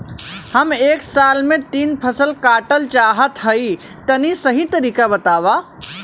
हम एक साल में तीन फसल काटल चाहत हइं तनि सही तरीका बतावा?